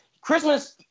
Christmas